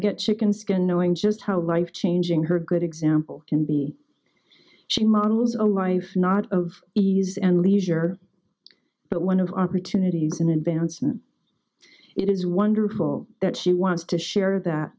get chicken skin knowing just how life changing her good example can be she models a life not of ease and leisure but one of opportunities in advancement it is wonderful that she wants to share that